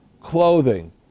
clothing